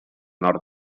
nord